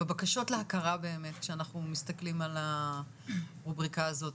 בבקשות להכרה באמת שאנחנו מסתכלים הרובריקה הזאת,